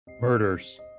Murders